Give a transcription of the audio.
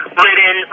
written